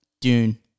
Dune